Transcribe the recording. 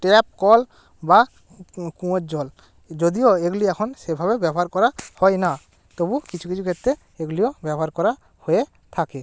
tap কল বা কুয়োর জল যদিও এগুলি এখন সেভাবে ব্যবহার করা হয় না তবু কিছু কিছু ক্ষেত্রে এগুলিও ব্যবহার করা হয়ে থাকে